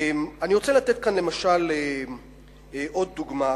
אני רוצה לתת כאן עוד דוגמה אחת.